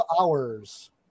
Hours